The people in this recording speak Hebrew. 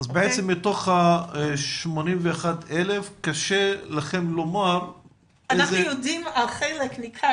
אז בעצם מתוך ה-81,000 קשה לכם לומר --- אנחנו יודעים על חלק ניכר,